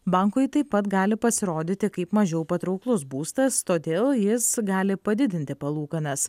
bankui taip pat gali pasirodyti kaip mažiau patrauklus būstas todėl jis gali padidinti palūkanas